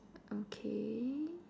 okay